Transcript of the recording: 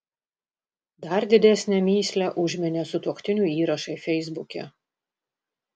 dar didesnę mįslę užminė sutuoktinių įrašai feisbuke